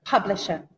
Publisher